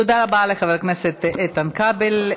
תודה רבה לחבר הכנסת איתן כבל.